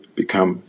become